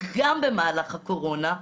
גם במהלך הקורונה,